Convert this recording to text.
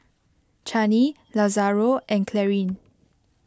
Chanie Lazaro and Clarine